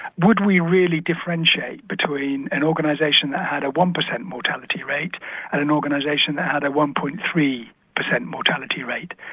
would we really differentiate between an organisation that had a one percent mortality rate and an organisation that had a one. three percent mortality rate?